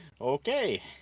Okay